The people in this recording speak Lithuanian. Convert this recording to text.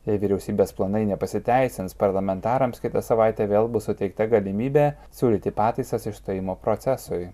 jei vyriausybės planai nepasiteisins parlamentarams kitą savaitę vėl bus suteikta galimybė siūlyti pataisas išstojimo procesui